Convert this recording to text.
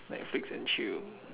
Netflix and chill